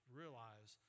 realize